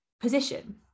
position